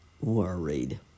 worried